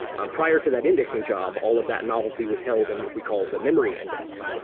um prior to that indexing job, all of that novelty was held in what we call the memory index.